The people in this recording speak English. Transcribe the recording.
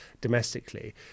domestically